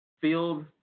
field